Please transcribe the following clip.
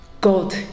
God